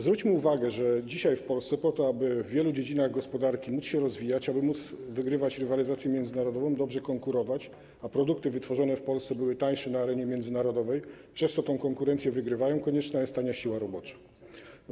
Zwróćmy uwagę, że dzisiaj w Polsce po to, aby w wielu dziedzinach gospodarki móc się rozwijać, aby móc wygrywać rywalizację międzynarodową, dobrze konkurować, a produkty wytworzone w Polsce były tańsze na arenie międzynarodowej, przez co tę konkurencję wygrywały, konieczna jest tania siła robocza.